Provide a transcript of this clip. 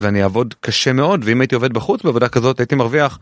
ואני אעבוד קשה מאוד, ואם הייתי עובד בחוץ בעבודה כזאת הייתי מרוויח